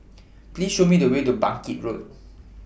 Please Show Me The Way to Bangkit Road